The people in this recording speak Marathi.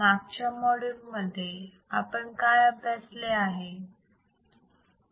मागच्या माॅड्यूल मध्ये आपण काय अभ्यासले आहे